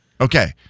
Okay